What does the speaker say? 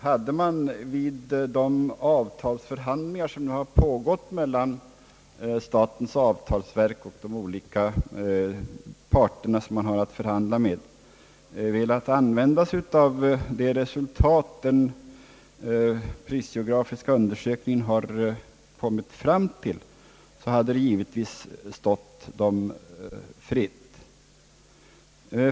Hade man vid de avtalsförhandlingar som nu har pågått mellan statens avtalsverk och de olika parter som verket har att förhandla med velat begagna sig av resultatet från den prisgeografiska undersökningen, hade det givetvis stått var och en fritt att göra det.